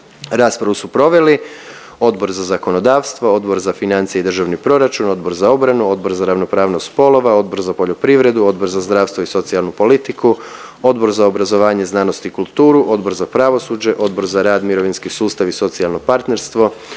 Raspravu su proveli Odbor za zakonodavstvo, Odbor za financije i državni proračun, Odbor za obranu, Odbor za ravnopravnost spolova, Odbor za poljoprivredu, Odbor za zdravstvo i socijalnu politiku, Odbor za obrazovanje, znanost i kulturu, Odbor za pravosuđe, Odbor za rad, mirovinski sustav i socijalno partnerstvo,